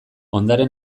ondare